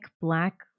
black